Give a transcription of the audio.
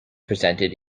presented